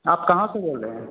आप कहाँ से बोल रहे हैं